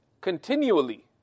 continually